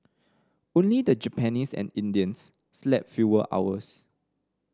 only the Japanese and Indians slept fewer hours